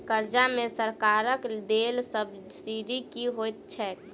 कर्जा मे सरकारक देल सब्सिडी की होइत छैक?